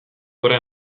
gora